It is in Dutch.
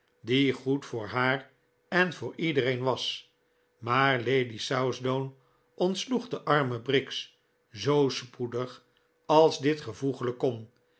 die goed voor haar en voor iedereen was maar lady southdown ontsloeg de arme briggs zoo spoedig als dit gevoeglijk kon